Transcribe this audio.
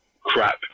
crap